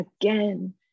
again